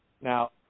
Now